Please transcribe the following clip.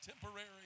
temporary